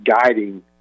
guiding